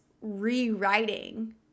rewriting